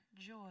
joy